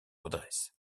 redresse